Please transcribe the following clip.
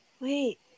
wait